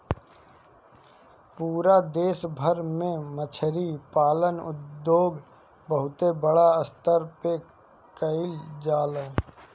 पूरा देश भर में मछरी पालन उद्योग बहुते बड़ स्तर पे कईल जाला